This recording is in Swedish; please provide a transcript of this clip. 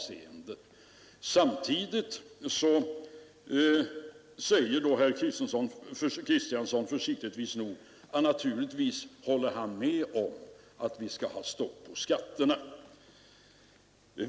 Samtidigt sade herr Kristiansson försiktigtvis att naturligtvis håller han med om att vi skall ha stopp på skatterna.